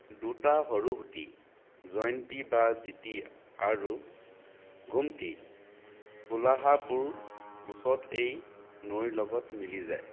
দুটা সৰু সুঁতি জয়ন্তী বা জিতি আৰু গোমতী কোলহাপুৰৰ ওচৰত এই নৈৰ লগত মিলি যায়